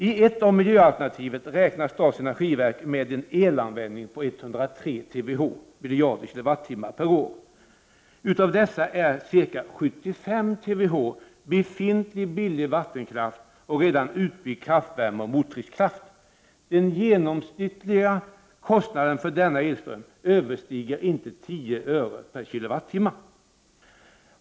I ett av miljöalternativen räknar statens energiverk med en elanvändning på 103 TWh, dvs. miljarder kilowattimmar, per år. Av dessa utgörs ca 75 TWh av befintlig billig vattenkraft och redan utbyggd kraftvärme och mottryckskraft. Den genomsnittliga kostnaden för denna elström överstiger inte 10 öre per kilowattimme.